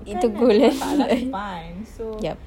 itu goal yang yup